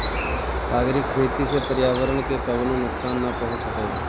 सागरी खेती से पर्यावरण के कवनो नुकसान ना पहुँचत हवे